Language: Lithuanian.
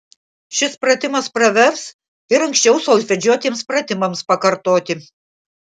šis pratimas pravers ir anksčiau solfedžiuotiems pratimams pakartoti